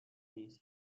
نیست